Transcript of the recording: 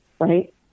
right